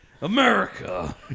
america